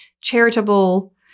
charitable